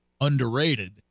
underrated